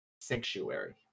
Sanctuary